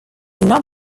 another